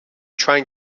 trying